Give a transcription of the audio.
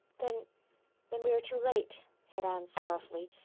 then then we are too late, said anne sorrowfully.